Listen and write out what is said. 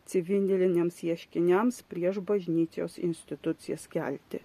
civiliniams ieškiniams prieš bažnyčios institucijas kelti